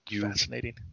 fascinating